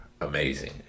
amazing